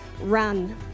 Run